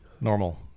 normal